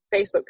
Facebook